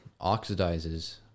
oxidizes